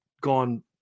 gone